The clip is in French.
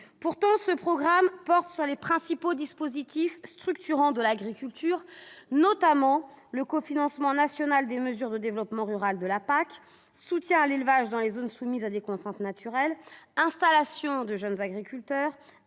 Pourtant, ce programme concerne les principaux dispositifs structurants de l'agriculture, notamment le cofinancement national des mesures de développement rural de la PAC : soutien à l'élevage dans les zones soumises à des contraintes naturelles, installation des jeunes agriculteurs,